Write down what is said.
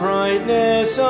brightness